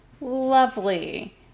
lovely